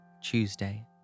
Tuesday